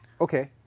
Okay